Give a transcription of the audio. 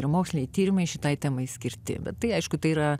ir moksliniai tyrimai šitai temai skirti bet tai aišku tai yra